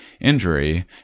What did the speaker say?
injury